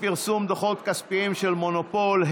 פרסום דוחות כספיים של מונופול),